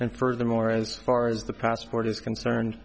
and furthermore as far as the passport is concerned